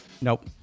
Nope